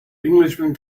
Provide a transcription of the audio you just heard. englishman